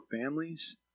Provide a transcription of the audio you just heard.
families